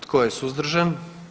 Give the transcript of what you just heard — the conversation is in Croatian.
Tko je suzdržan?